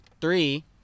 three